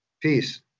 Peace